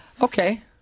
Okay